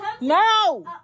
No